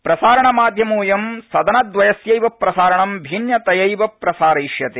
प्रसारणमाध्यमोऽयं सदनद्वयस्यैव प्रसारणं भिन्नतयैव प्रसारयिष्यते